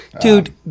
Dude